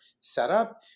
setup